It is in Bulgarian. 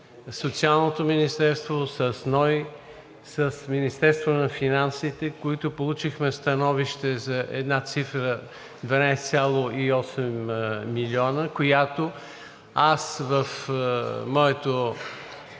Социалното министерство, с НОИ, с Министерството на финансите, от които получихме становище за една цифра 12,8 милиона, която в моето